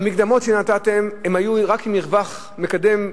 המקדמות שנתתם היו רק עם מרווח, מקדם ביטחון,